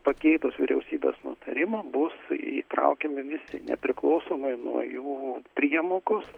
pakeitus vyriausybės nutarimą bus įtraukiami visi nepriklausomai nuo jų priemokos